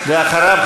ואחריו,